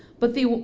but they will,